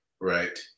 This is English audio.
right